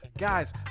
Guys